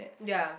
ya